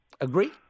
Agree